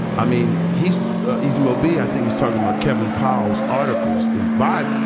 i mean, he's easy. maybe. i think he's talking about kevin powles articles in vibe,